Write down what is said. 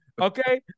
okay